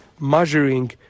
measuring